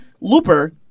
Looper